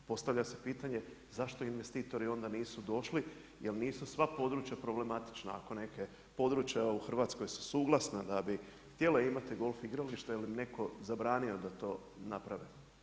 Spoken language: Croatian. Postavlja se pitanje zašto investitori onda nisu došli jer nisu sva područja problematična ako neka područja u Hrvatskoj su suglasna da bi htjela imati golf igralište ili neko bi zabranio da to naprave.